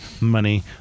money